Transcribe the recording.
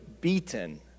beaten